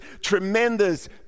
tremendous